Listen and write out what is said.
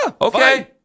Okay